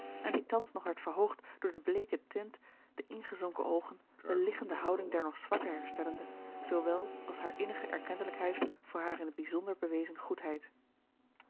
en die thans nog werd verhoogd door de bleeke tint de ingezonken oogen de liggende houding der nog zwakke herstellende zoowel als haar innige erkentelijkheid voor haar in t bijzonder bewezen goedheid